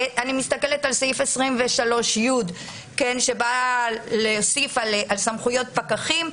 אני מסתכלת על סעיף 23י שבא להוסיף על סמכויות פקחים.